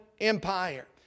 Empire